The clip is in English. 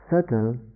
subtle